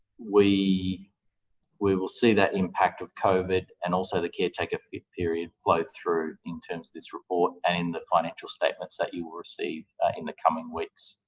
we we will see that impact of covid and also the caretaker period flow through in terms of this report and the financial statements that you will receive in the coming weeks.